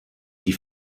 die